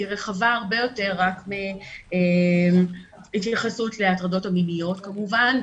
היא רחבה הרבה יותר רק מהתייחסות להטרדות המיניות כמובן,